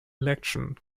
election